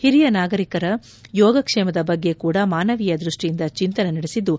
ಹಿರಿಯ ನಾಯಕರ ಯೋಗಕ್ಷೇಮದ ಬಗ್ಗೆ ಕೂಡ ಮಾನವೀಯ ದೃಷ್ಷಿಯಿಂದ ಚಿಂತನೆ ನಡೆಸಿದ್ದು